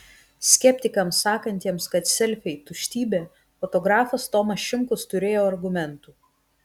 skeptikams sakantiems kad selfiai tuštybė fotografas tomas šimkus turėjo argumentų